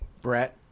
Brett